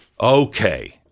Okay